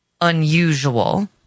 unusual